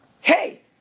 Hey